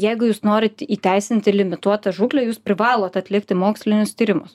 jeigu jūs norit įteisinti limituotą žūklę jūs privalot atlikti mokslinius tyrimus